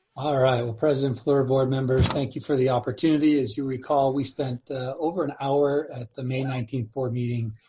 all right, president fluor board members thank you for the opportunity. as you recall, we spent over an hour at the may nineteenth board meeting